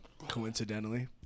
Coincidentally